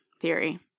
theory